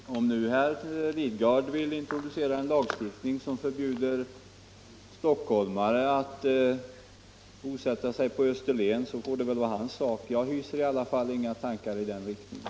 Herr talman! Om nu herr Lidgard vill introducera en lagstiftning som förbjuder stockholmare att bosätta sig på Österlen får det väl vara hans sak. Jag hyser i alla fall inga tankar i den riktningen.